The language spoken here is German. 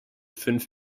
fünf